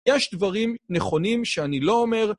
יש דברים נכונים שאני לא אומר.